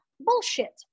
bullshit